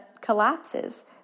collapses